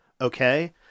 okay